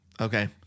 Okay